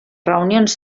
reunions